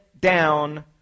down